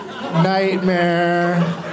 Nightmare